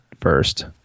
first